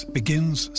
begins